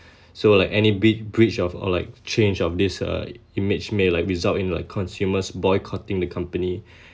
so like any breach of or like change of this uh image may like result in like consumers boycotting the company